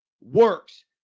works